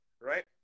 right